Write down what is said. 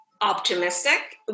optimistic